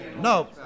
no